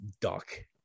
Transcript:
duck